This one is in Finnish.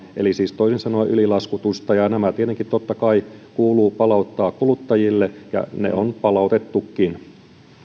eli siis toisin sanoen ylilaskutusta on ollut sataseitsemänkymmentäviisi miljoonaa nämä tietenkin totta kai kuuluu palauttaa kuluttajille ja ne on palautettukin